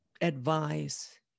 advise